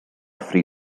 free